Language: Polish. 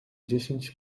dziesięć